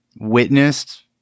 witnessed